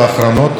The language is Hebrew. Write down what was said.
אנרגיה,